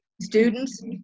Students